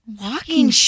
Walking